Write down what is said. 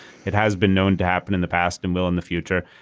it has been known to happen in the past and will in the future.